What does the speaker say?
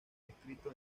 escrito